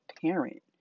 parent